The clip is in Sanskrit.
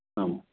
आं